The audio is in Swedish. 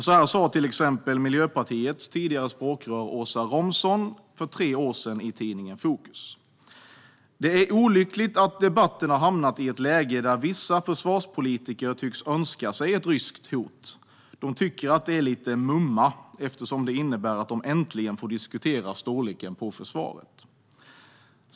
Så här sa till exempel Miljöpartiets tidigare språkrör Åsa Romson för tre år sedan i tidningen Fokus: "Det är olyckligt att debatten har hamnat i ett läge där vissa försvarspolitiker tycks önska sig ett ryskt hot. De tycker att det är lite mumma eftersom det innebär att de äntligen får diskutera storleken på försvaret."